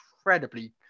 incredibly